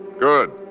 good